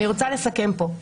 אני רוצה לסכם פה.